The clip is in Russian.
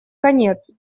конец